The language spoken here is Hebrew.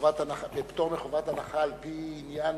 בפטור מחובת הנחה, על-פי עניין